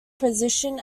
position